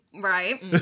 Right